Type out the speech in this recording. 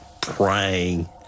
praying